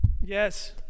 Yes